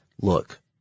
look